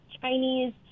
chinese